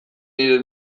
nire